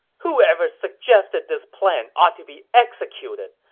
whoever suggested this plan ought to be executed!